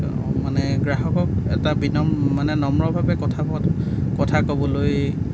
মানে গ্ৰাহকক এটা বিনম্ৰ মানে নম্ৰভাৱে কথা কোৱাতো কথা কবলৈ